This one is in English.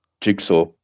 Jigsaw